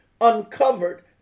uncovered